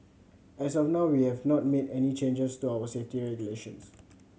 as of now we have not made any changes to our safety regulations